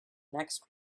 next